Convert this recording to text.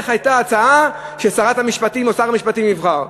איך הייתה הצעה ששרת המשפטים או שר המשפטים יבחר.